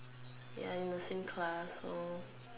we are in the same class so